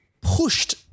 pushed